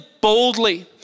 boldly